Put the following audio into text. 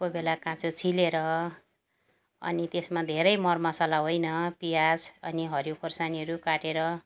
कोही बेला काँचो छिलेर अनि त्यसमा धेरै मरमसला होइन प्याज अनि हरियो खोर्सानीहरू काटेर